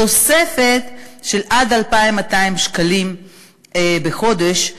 תוספת של עד 2,200 שקלים בחודש,